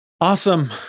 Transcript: Awesome